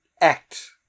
act